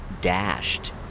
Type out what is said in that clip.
dashed